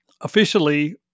Officially